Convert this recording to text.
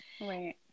Right